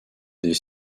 des